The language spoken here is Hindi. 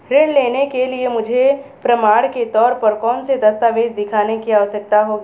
ऋृण लेने के लिए मुझे प्रमाण के तौर पर कौनसे दस्तावेज़ दिखाने की आवश्कता होगी?